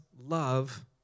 love